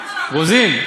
רוזין?